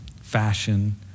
fashion